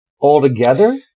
altogether